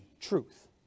truth